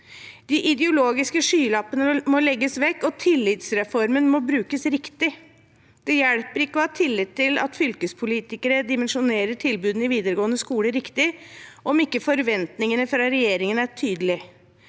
De ideologiske skylappene må legges vekk, og tillitsreformen må brukes riktig. Det hjelper ikke å ha tillit til at fylkespolitikere dimensjonerer tilbudene i videregående skole riktig, om ikke forventningene fra regjeringen er tydelige.